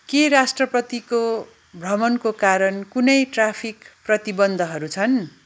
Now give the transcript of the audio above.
के राष्ट्रपतिको भ्रमणको कारण कुनै ट्राफिक प्रतिबन्धहरू छन्